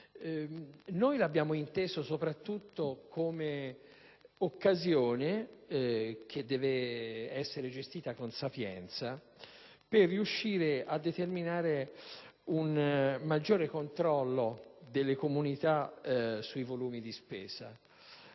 Noi lo abbiamo inteso soprattutto come occasione da gestire con sapienza per riuscire a determinare un maggiore controllo delle comunità sui volumi di spesa.